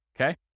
okay